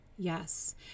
Yes